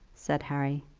said harry.